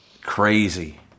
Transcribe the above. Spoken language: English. Crazy